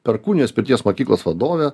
perkūnijos pirties mokyklos vadovė